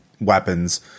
weapons